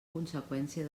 conseqüència